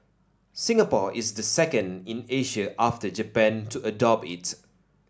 Singapore is the second in Asia after Japan to adopt it